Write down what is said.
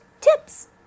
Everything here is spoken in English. tips